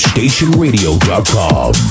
stationradio.com